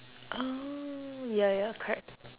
oh ya ya correct